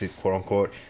quote-unquote